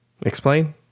Explain